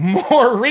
more